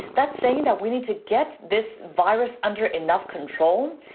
that's saying that we need to get this virus under enough control,